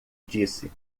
disse